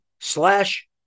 slash